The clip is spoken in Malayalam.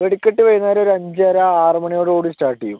വെടിക്കെട്ട് വൈകുന്നേരം ഒരു അഞ്ചര ആറു മണിയോട് കൂടി സ്റ്റാർട്ട് ചെയ്യും